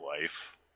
life